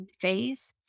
phase